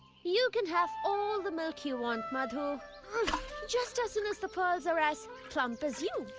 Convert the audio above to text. you can have all the milk you want, madhu just as soon as the pearls are as plump as you.